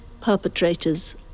perpetrators